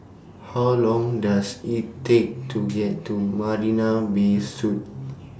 How Long Does IT Take to get to Marina Bay Suites